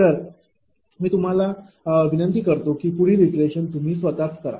तर मी तुम्हाला विनंती करतो की पुढील इटरेशन तुम्ही स्वतःच करा